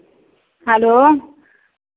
hello